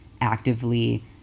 actively